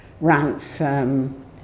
ransom